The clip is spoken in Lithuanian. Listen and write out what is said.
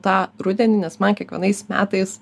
tą rudenį nes man kiekvienais metais